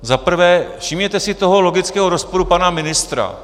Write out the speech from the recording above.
Za prvé, všimněte si toho logického rozporu pana ministra.